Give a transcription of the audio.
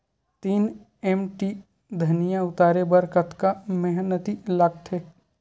तीन एम.टी धनिया उतारे बर कतका मेहनती लागथे?